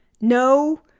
no